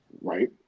Right